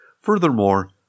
Furthermore